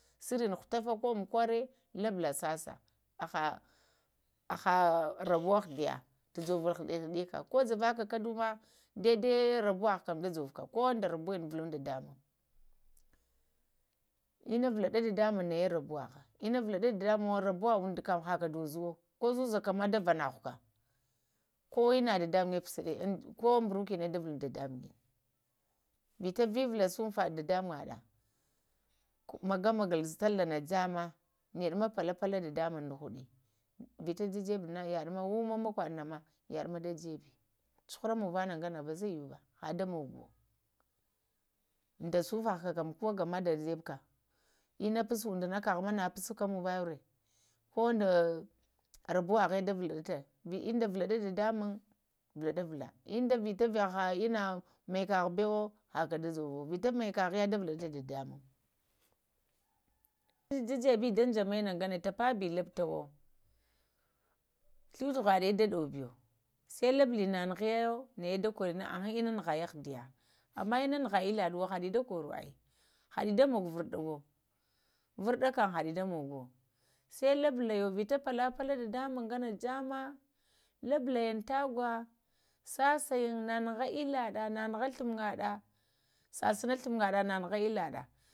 Sururu ko umkowa ko uftafa sata, haha rabwa əhdiya ta jovulo haɗə-haɗaka ko javaka kədu ma dai-dai rabuwa gha dayo vuka buguŋda vuluwaɗa dadamuŋm. Ina vulaɗa dadamuŋm naya rabuwaha ina valanbo dadamuŋm, rubuwa umŋdo haka dazo wo ka ma da vanahuka kowa ina dadamuŋgə puɗa ko ɓorukunə ta vita shumfa dadamuŋm, magamagal sallah na jamma nədu ma fala fala dadamuŋn da huɗə vita da jebulo ma yaɗa ma maŋg wa wuma makwaɗanama jebe cuhura maŋ vanagana ba zaəyuba, ha ɗamogowo da sufagha kam gama da jebuka inna jusd tumŋdu na kagha ma na puska muŋ vaya karə ko da raɓawagha da vuladato ya ənda vulaɗa dadamuŋm vudavula ənda vita vahaha ənna mayakaghuwo haka da jovuwa vita mayakagha da vladata dadamuŋm, da jebi duŋ jammanəng ganə tafa bə lubtawo fluwi fughada da ɗobiyo sai labuliyo naŋughiya əe əna ŋuhagən əh diya əmma inna ŋgha glaɗuwo ha ilida koruwo əe haɗə da mogo vanɗawo, varɗakam ha əe da mogo, sai laɓuləyo vita pala-pala dada maŋm yammə, labalayin tagwə sasayən naəjughayən daɗa, sasana ghluŋda sasana ghugna.